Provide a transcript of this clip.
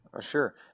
Sure